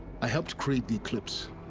i helped create the eclipse.